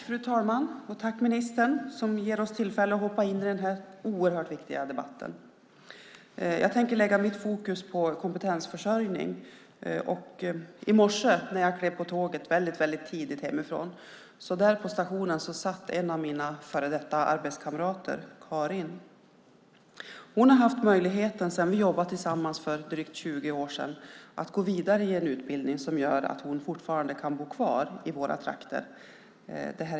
Fru talman! Tack ministern, som ger oss tillfälle att hoppa in i den här oerhört viktiga debatten. Jag tänker lägga mitt fokus på kompetensförsörjning. Tidigt i morse när jag klev på tåget hemifrån satt på stationen en av mina före detta arbetskamrater, Karin. Sedan vi jobbade tillsammans för drygt 20 år sedan har hon haft möjlighet att vidareutbilda sig så att hon fortfarande kan bo kvar i våra trakter.